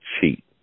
cheat